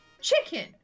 Chicken